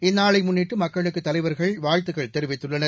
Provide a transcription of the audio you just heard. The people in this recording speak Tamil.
இந்நாளை முன்னிட்டு மக்களுக்கு தலைவர்கள் வாழ்த்துக்கள் தெரிவித்துள்ளனர்